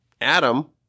Adam